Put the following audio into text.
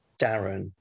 Darren